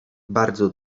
bardzo